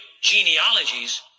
genealogies